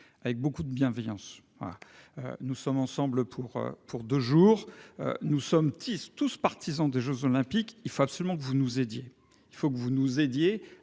avec beaucoup de bienveillance : nous sommes ensemble pour deux jours, nous sommes tous partisans des jeux Olympiques, mais vous devez nous aider